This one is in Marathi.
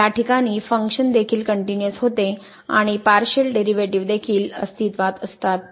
या प्रकरणात फंक्शन देखील कनट्युनिअस होते आणि पार्शिअल डेरिव्हेटिव्ह देखील अस्तित्वात असतात